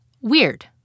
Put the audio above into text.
weird